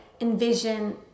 envision